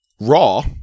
Raw